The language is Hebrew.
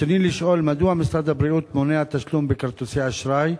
ברצוני לשאול: 1. מדוע משרד הבריאות מונע תשלום בכרטיסי אשראי?